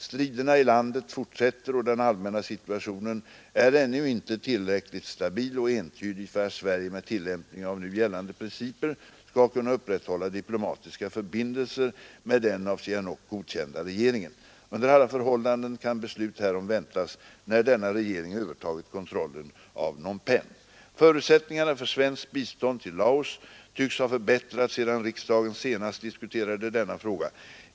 Striderna i landet fortsätter och den allmänna situationen är ännu inte tillräckligt stabil och entydig för att Sverige med tillämpning av nu gällande principer skall kunna upprätta diplomatiska förbindelser med den av Sihanouk godkända regeringen. Under alla förhållanden kan beslut härom väntas när denna regering övertagit kontrollen av Phnom Penh. Förutsättningarna för svenskt bistånd till Laos tycks har förbättrats sedan riksdagen senast diskuterade denna fråga.